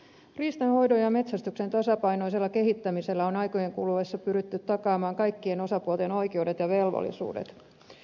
riistanhoidon ja metsästyksen tasapainoisella kehittämisellä on aikojen kuluessa pyritty takaamaan kaikkien osapuolten oikeudet ja velvollisuudet